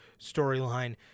storyline